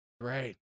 Right